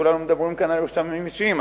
כולם מדברים כאן על רשמים אישיים.